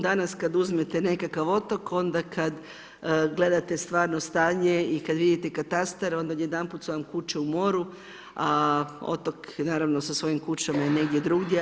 Danas kad uzmete nekakav otok, onda kad gledate stvarno stanje i kad vidite katastar onda odjedanput su vam kuće u moru, a otok naravno sa svojim kućama je negdje drugdje.